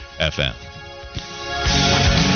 FM